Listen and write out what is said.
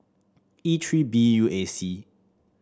E three B U A C